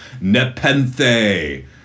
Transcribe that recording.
Nepenthe